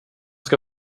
ska